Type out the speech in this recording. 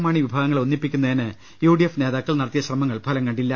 മാണി വിഭാഗങ്ങളെ ഒന്നിപ്പിക്കുന്നതിന് യുഡിഎഫ് നേതാക്കൾ നടത്തിയ ശ്രമങ്ങൾ ഫലം കണ്ടില്ല